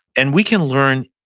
and we can learn